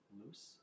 loose